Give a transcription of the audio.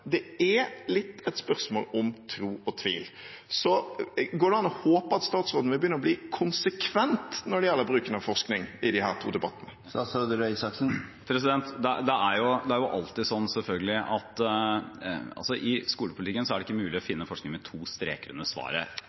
det gjelder lærertettheten. Det er litt et spørsmål om tro og tvil. Går det an å håpe at statsråden vil begynne å være konsekvent når det gjelder bruken av forskning i disse to debattene? I skolepolitikken er det veldig ofte ikke mulig å finne forskning med to streker under svaret – når det gjelder noen ting, men ganske få ting. Det handler om å finne